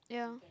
yeah